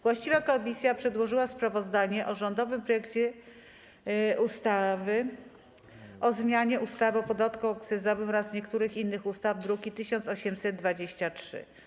Właściwa komisja przedłożyła sprawozdanie o rządowym projekcie ustawy o zmianie ustawy o podatku akcyzowym oraz niektórych innych ustaw, druk nr 1823.